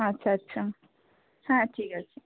আচ্ছা আচ্ছা হ্যাঁ ঠিক আছে